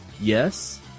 Yes